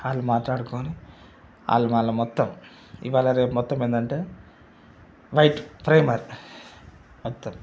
వాళ్ళు మాటాడుకొని వాళ్ళు మళ్ళ మొత్తం ఇవాళ రేపు మొత్తం ఏంటంటే వైట్ ప్రైమర్ మొత్తం